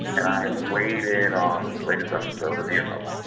and i have weighed in on this latest episode of ear hustle.